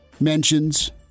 mentions